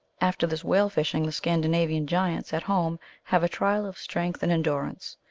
after this whale-fishing, the scandinavian giants at home have a trial of strength and endurance.